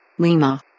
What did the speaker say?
Lima